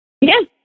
Yes